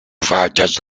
factors